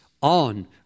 on